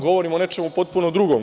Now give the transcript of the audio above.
Govorim vam o nečemu potpuno drugom.